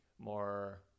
more